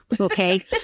Okay